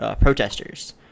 protesters